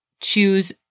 choose